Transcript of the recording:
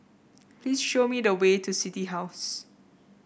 please show me the way to City House